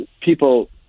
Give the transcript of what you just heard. people